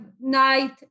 night